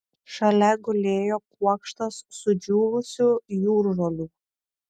šalia gulėjo kuokštas sudžiūvusių jūržolių